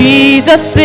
Jesus